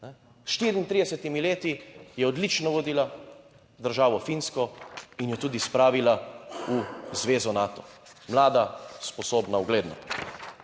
S 34. leti je odlično vodila državo Finsko in jo tudi spravila v zvezo Nato. Mlada, sposobna, ugledna.